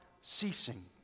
ceasing